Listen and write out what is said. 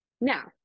Now